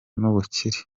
n’ubukire